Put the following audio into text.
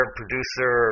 producer